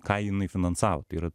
ką jinai finansavo tai yra